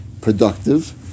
productive